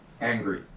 angry